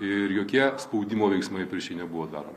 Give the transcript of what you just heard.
ir jokie spaudimo veiksmai prieš jį nebuvo daromi